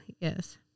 yes